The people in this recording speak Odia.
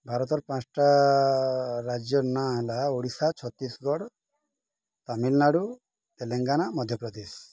ଭାରତର୍ ପାଁସ୍ଟା ରାଜ୍ୟର୍ ନାଁ ହେଲା ଓଡ଼ିଶା ଛତିଶଗଡ଼ ତାମିଲନାଡ଼ୁ ତେଲେଙ୍ଗାନା ମଧ୍ୟପ୍ରଦେଶ